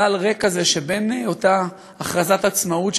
חלל ריק כזה בין אותה הכרזת העצמאות,